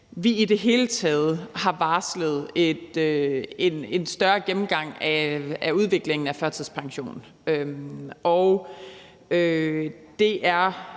vi i det hele taget har varslet en større gennemgang af udviklingen af førtidspensionen. Det er